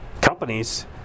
companies